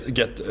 get